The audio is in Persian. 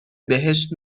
بهشت